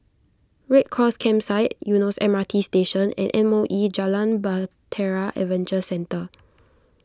Red Cross Campsite Eunos M R T Station and M O E Jalan Bahtera Adventure Centre